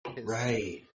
Right